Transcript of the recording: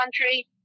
country